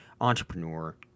entrepreneur